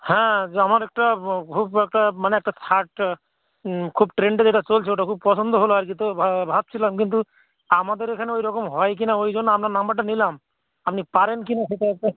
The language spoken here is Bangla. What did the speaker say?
হ্যাঁ যে আমার একটা খুব একটা মানে একটা ছাঁট খুব ট্রেণ্ডে যেটা চলছে ওটা খুব পছন্দ হলো আর কী তো ভাবছিলাম কিন্তু আমাদের এখানে ওইরকম হয় কিনা ওই জন্য আপনার নাম্বারটা নিলাম আপনি পারেন কিনা সেটা একবার